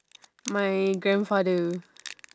my grandfather